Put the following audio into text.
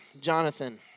Jonathan